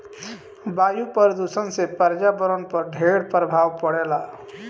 वायु प्रदूषण से पर्यावरण पर ढेर प्रभाव पड़ेला